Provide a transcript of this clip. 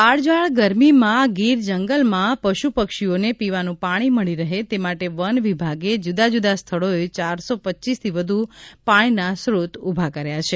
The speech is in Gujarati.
કાળઝાળ ગરમીમાં ગીરજંગલમાં પશુપક્ષીઓને પીવાનું પાણી મળી રહે તે માટે વન વિભાગે જૂદાજૂદા સ્થળોએ ચારસો પચીસથી વધુ પાણીના સ્ત્રોત ઉભા કર્યા છે